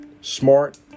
smart